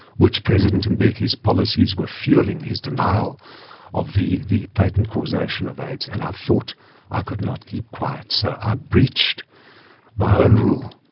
which president and mbeki's policies were fuelling his denial of the the patent causation of aids, and i thought i could not keep quiet. so i breached my own rule,